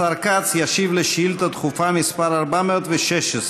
השר כץ ישיב על שאילתה דחופה מס' 416,